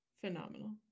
Phenomenal